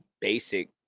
basic